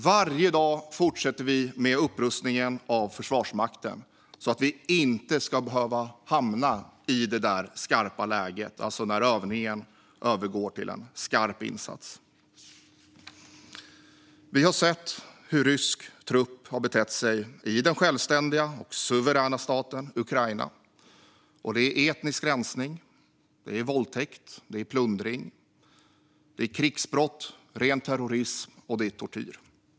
Varje dag fortsätter vi med upprustningen av Försvarsmakten så att vi inte ska behöva hamna i det där skarpa läget, alltså när övningen övergår till en skarp insats. Vi har sett hur rysk trupp har betett sig i den självständiga och suveräna staten Ukraina. Det är etnisk rensning, det är våldtäkt, det är plundring, det är krigsbrott, det är ren terrorism och det är tortyr.